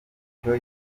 icyo